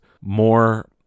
more